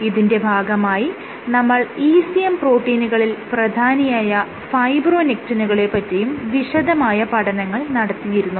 ഇതിന്റെ ഭാഗമായി നമ്മൾ ECM പ്രോട്ടീനുകളിൽ പ്രധാനിയായ ഫൈബ്രോനെക്റ്റിനുകളെ പറ്റിയും വിശദമായ പഠനങ്ങൾ നടത്തിയിരുന്നു